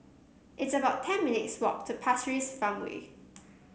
it's about ten minutes' walk to Pasir Ris Farmway